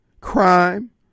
crime